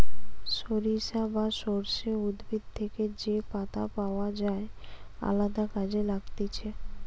সরিষা বা সর্ষে উদ্ভিদ থেকে যে পাতা পাওয় যায় আলদা কাজে লাগতিছে